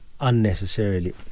unnecessarily